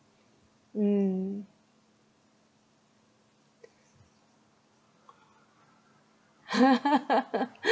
mm